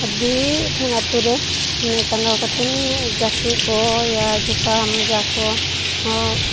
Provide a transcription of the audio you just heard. ᱟᱹᱰᱤ ᱜᱚᱴᱟᱝ ᱟᱛᱳ ᱨᱮ ᱴᱟᱸᱜᱟᱣ ᱠᱟᱛᱮ ᱡᱟᱹᱨᱥᱤ ᱠᱚᱭᱟ ᱡᱩᱛᱟ ᱢᱚᱡᱟ ᱠᱚ ᱦᱚᱸ